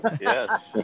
Yes